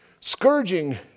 Scourging